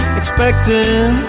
expecting